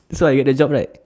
so I get the job right